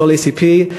חולי CP,